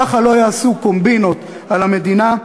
וככה לא יעשו קומבינות על המדינה.